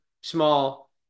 small